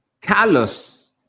callous